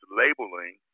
labeling